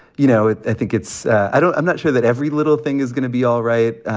you know, i think it's i don't i'm not sure that every little thing is going to be all right.